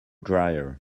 dryer